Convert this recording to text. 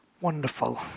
Wonderful